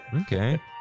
Okay